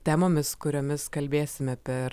temomis kuriomis kalbėsime per